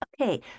Okay